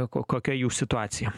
ko kokia jų situacija